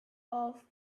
off